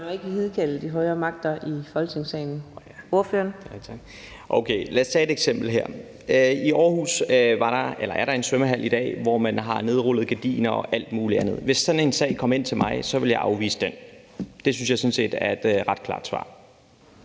Tak. Man må ikke hidkalde de højere magter i Folketingssalen. Ordføreren. Kl. 14:50 Mohammad Rona (M): Okay, lad os tage et eksempel. I Aarhus er der i dag en svømmehal, hvor man har nedrullede gardiner og alt mulig andet. Hvis sådan en sag kom ind til mig, ville jeg afvise den. Det synes jeg sådan set er et ret klart svar.